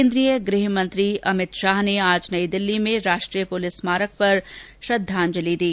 केन्द्रीय गृह मंत्री शाह ने नई दिल्ली में राष्ट्रीय पुलिस स्मारक पर श्रद्धांजलि दी